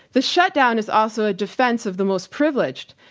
the shutdown is also a defense of the most privileged.